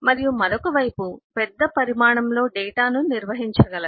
మరియు మరొక వైపు పెద్ద పరిమాణంలో డేటాను నిర్వహించగలదు